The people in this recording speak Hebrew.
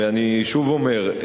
ואני שוב אומר,